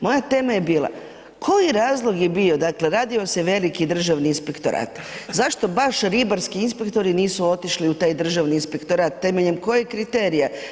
Moja tema je bila koji je razlog je bio, dakle radio se veliki Državni inspektorat, zašto baš ribarski inspektori nisu otišli u taj Državni inspektorat, temeljem kojeg kriterija?